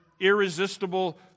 irresistible